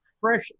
fresh